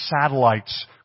satellites